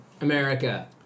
America